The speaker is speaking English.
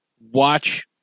watch